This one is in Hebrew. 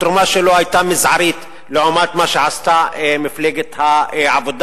התרומה שלו היתה מזערית לעומת מה שעשתה מפלגת העבודה.